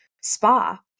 spa